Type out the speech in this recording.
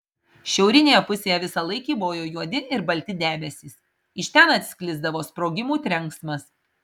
šiaurinėje pusėje visąlaik kybojo juodi ir balti debesys iš ten atsklisdavo sprogimų trenksmas